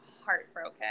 heartbroken